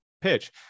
pitch